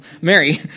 Mary